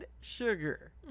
sugar